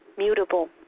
Mutable